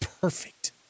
perfect